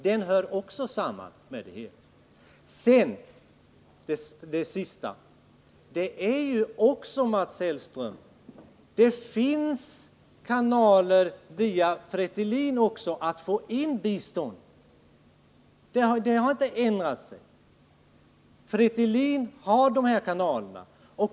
Också den hör samman med det hela. Till sist. Det finns också hos Fretilin kanaler som kan användas för att föra in bistånd. De har inte ändrats. Fretilin har dessa kanaler.